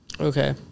Okay